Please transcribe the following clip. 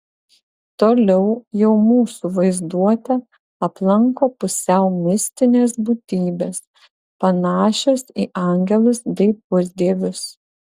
toliau jau mūsų vaizduotę aplanko pusiau mistinės būtybės panašios į angelus bei pusdievius